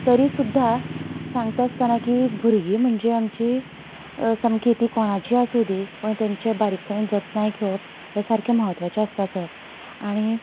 तरी सुद्दां सांगता आसतना की भुरगीं म्हणजे आमची सामकी ती कोणाचीय आसूं दी पूण तेंची बारीकसाणेन जतनाय घेवप हे सारकें म्हत्वाचे आसता सर आनी